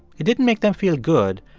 it didn't make them feel good,